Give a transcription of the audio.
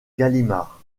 gallimard